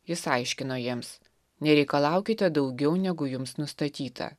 jis aiškino jiems nereikalaukite daugiau negu jums nustatyta